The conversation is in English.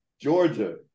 Georgia